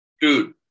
dude